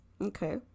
okay